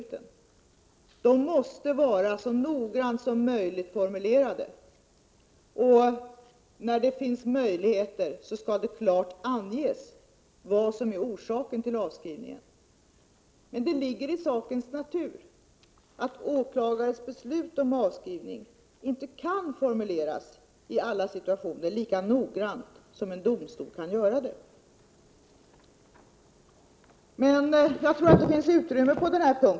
Ett sådant beslut måste vara formulerat så noggrant som möjligt. När det finns möjligheter skall det klart anges vad som är orsaken till avskrivningen. Men det ligger i sakens natur att åklagares beslut om avskrivning inte i alla situationer kan formuleras lika noggrant som en domstols beslut. 5 Prot. 1987/88:83 Jag tror att det finns utrymme för förbättringar.